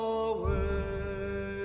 away